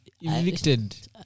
evicted